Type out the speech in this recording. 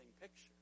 picture